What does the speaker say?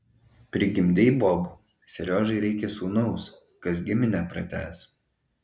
prigimdei bobų seriožai reikia sūnaus kas giminę pratęs